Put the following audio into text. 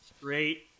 great